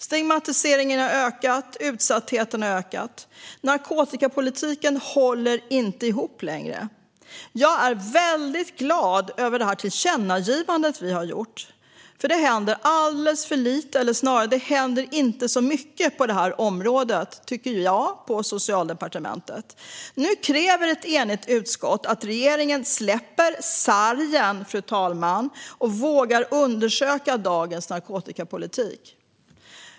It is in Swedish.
Stigmatiseringen har ökat, och utsattheten har ökat. Narkotikapolitiken håller inte ihop längre. Jag är väldigt glad över det tillkännagivande vi gör, för jag tycker att det händer alldeles för lite - eller snarare inte så mycket - på Socialdepartementet. Nu kräver ett enigt utskott att regeringen släpper sargen, fru talman, och vågar undersöka dagens narkotikapolitik.